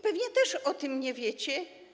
Pewnie też o tym nie wiecie.